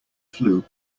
flue